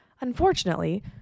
Unfortunately